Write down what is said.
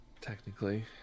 Technically